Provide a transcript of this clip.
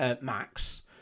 Max